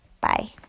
Bye